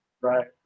Right